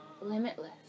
limitless